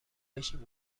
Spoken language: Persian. بشیم